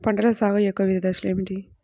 పంటల సాగు యొక్క వివిధ దశలు ఏమిటి?